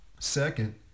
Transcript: second